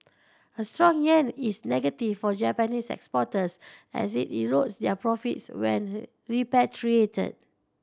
a strong yen is negative for Japanese exporters as it erodes their profits when repatriated